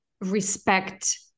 respect